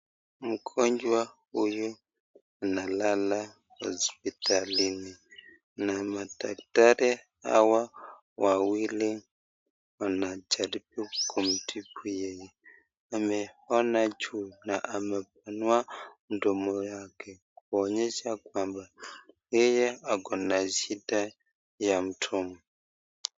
Mgonjwa huyu analala hospitalini, na madaktari hawa wawili wanajaribu kumtibu yeye. Ameona juu na amepamua mdomo yake kuonyesha kwamba yeye akonashida ya mdomo.